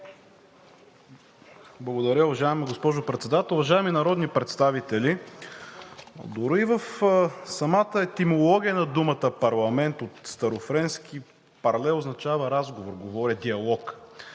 Благодаря. Уважаема госпожо Председател, уважаеми народни представители! Дори в самата етимология на думата парламент от старофренски парле означава разговор, говоря, диалог.